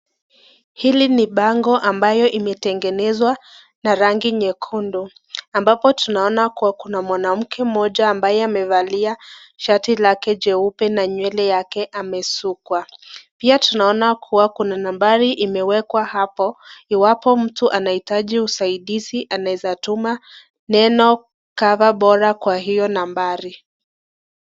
Hili ni banko ambayo imetengenezwa na rangi nyekundu. Ambapo tunaona kuwa kuna mwanamke moja ambaye amevalia shati lake jeupe na nywele yake amesukwa. Pia tunaona kuwa kuna nambari imewekwa hapo, Iwapo mtu anaitaji usaidizi anaweza tuma neno cover bora kwa hio nambari.